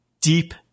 deep